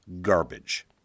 garbage